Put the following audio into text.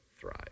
thrive